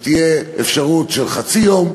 שתהיה אפשרות של חצי יום,